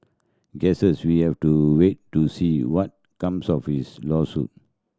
guesses we have to wait to see what comes of his lawsuit